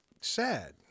sad